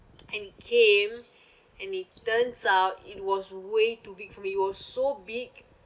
and came and it turns out it was way too big for me it was so big